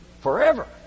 Forever